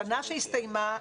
השנה שהסתיימה,